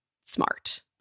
smart